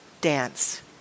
dance